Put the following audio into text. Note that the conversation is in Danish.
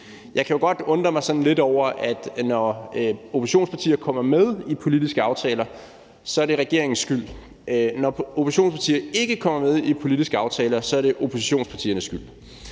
Jeg kan jo godt sådan undre mig lidt over, at når oppositionspartier kommer med i politiske aftaler, er det regeringens skyld. Når oppositionspartier ikke kommer med i politiske aftaler, så er det oppositionspartiernes skyld;